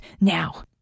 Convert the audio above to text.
now